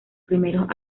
primeros